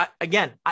again